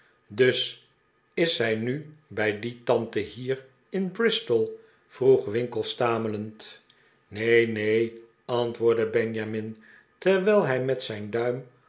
dus is zij nu bij die tante hier in bristol vroeg winkle stamelend neen neen antwoordde benjamin terwijl hij met zijn duim